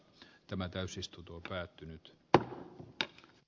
tämä täysistunto päättynyt kannalta